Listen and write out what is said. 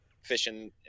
fishing